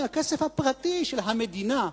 מהכסף הפרטי של המדינה.